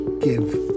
give